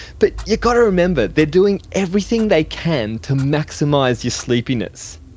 but you've got to remember they're doing everything they can to maximise your sleepiness,